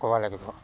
ক'ব লাগিব